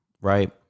Right